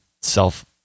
self